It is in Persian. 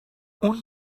اون